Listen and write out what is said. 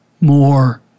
more